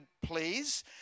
please